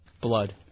Blood